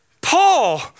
Paul